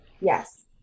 yes